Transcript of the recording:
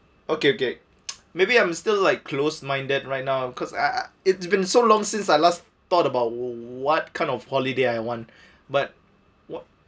okay okay maybe I'm still like closed minded right now because I I it's been so long since I last thought about what kind of holiday I want but what